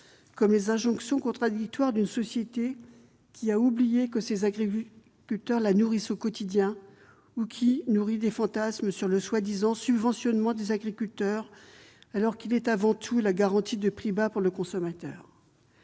comme les injonctions contradictoires d'une société qui a oublié que ses agriculteurs la nourrissent au quotidien, ou qui développe des fantasmes sur le prétendu subventionnement des agriculteurs, alors qu'il s'agit avant tout de la garantie de prix bas pour le consommateur.